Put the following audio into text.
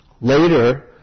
Later